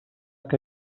que